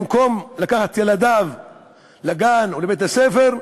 במקום לקחת את ילדיו לגן או לבית-הספר,